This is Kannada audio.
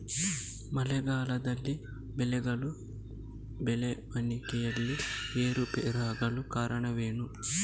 ಮಳೆಗಾಲದಲ್ಲಿ ಬೆಳೆಗಳ ಬೆಳವಣಿಗೆಯಲ್ಲಿ ಏರುಪೇರಾಗಲು ಕಾರಣವೇನು?